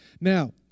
Now